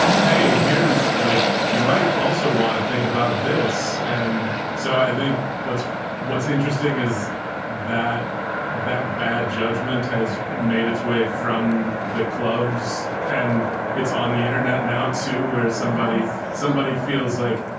hey, here's like you might also want to think about this. and so i think what's what's interesting is that that bad judgment has made its way from the clubs and it's on the internet now to where somebody somebody feels like,